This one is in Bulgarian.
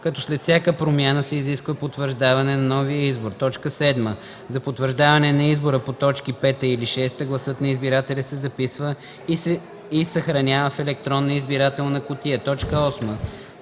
като след всяка промяна се изисква потвърждаване на новия избор; 7. след потвърждаване на избора по т. 5 или 6 гласът на избирателя се записва и съхранява в електронна избирателна кутия; 8.